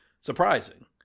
surprising